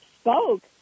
spoke